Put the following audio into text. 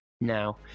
now